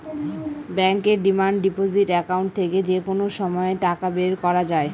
ব্যাঙ্কের demand deposit account থেকে যে কোনো সময় টাকা বের করা যায়